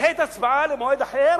נדחה את ההצבעה למועד אחר,